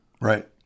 Right